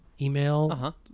email